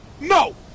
No